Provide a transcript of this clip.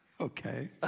Okay